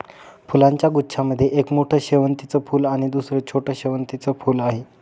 फुलांच्या गुच्छा मध्ये एक मोठं शेवंतीचं फूल आणि दुसर छोटं शेवंतीचं फुल आहे